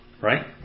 Right